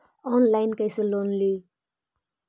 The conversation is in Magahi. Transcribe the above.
ऑनलाइन कैसे लोन ली?